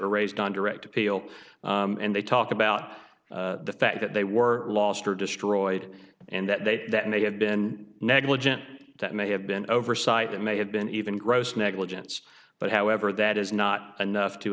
are raised on direct appeal and they talk about the fact that they were lost or destroyed and that they that may have been negligent that may have been oversight that may have been even gross negligence but however that is not enough to